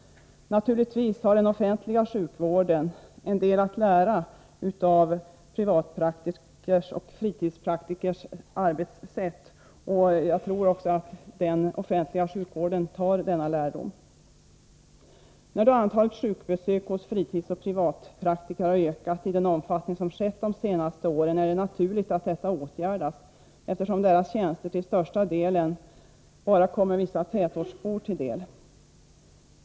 Naturligtvis har den offentliga sjukvården en del att lära av privatpraktikers och fritidspraktikers arbetssätt, och jag tror också att den offentliga sjukvården tar denna lärdom. När då antalet sjukbesök hos fritidsoch privatpraktiker har ökat i den omfattning som skett de senaste åren, är det naturligt att detta åtgärdas, eftersom dessa läkares tjänster till största delen kommer bara vissa tätortsbor till del.